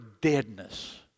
deadness